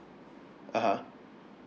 (uh huh)